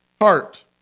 heart